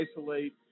isolate